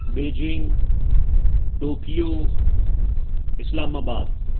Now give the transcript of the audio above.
Beijing Tokyo Islamabad